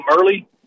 early